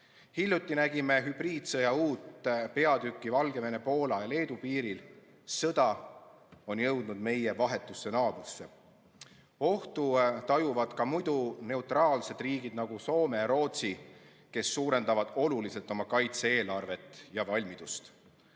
Hiljuti nägime hübriidsõja uut peatükki Valgevene, Poola ja Leedu piiril. Sõda on jõudnud meie vahetusse naabrusse. Ohtu tajuvad ka muidu neutraalsed riigid, nagu Soome ja Rootsi, kes suurendavad oluliselt oma kaitse-eelarvet ja ‑valmidust. Vana